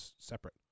separate